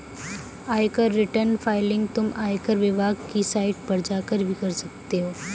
आयकर return filing तुम आयकर विभाग की साइट पर जाकर भी कर सकते हो